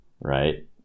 right